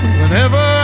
Whenever